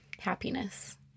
Happiness